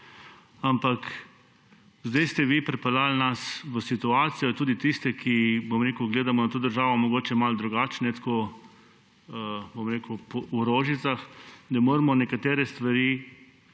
Ampak zdaj ste vi pripeljali nas v situacijo, tudi tiste, ki gledamo na to državo mogoče malo drugače, ne tako v rožicah, da moramo za nekatere stvari